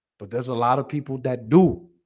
but there's a lot of people that do